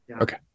Okay